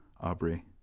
Aubrey